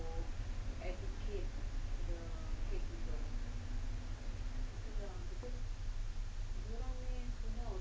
kid